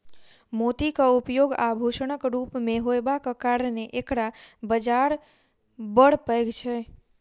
मोतीक उपयोग आभूषणक रूप मे होयबाक कारणेँ एकर बाजार बड़ पैघ छै